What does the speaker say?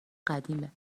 قدیمه